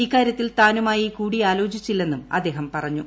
ഇക്കാര്യത്തിൽ താനുമായി കൂടിയാലോചിച്ചില്ലെന്നും അദ്ദേഹം പറഞ്ഞു